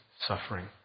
suffering